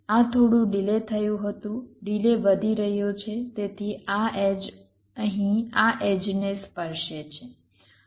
આ થોડું ડિલે થયું હતું ડિલે વધી રહ્યો છે તેથી આ એડ્જ અહીં આ એડ્જને સ્પર્શે છે